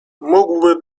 mógłby